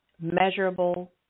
measurable